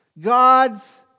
God's